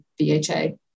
VHA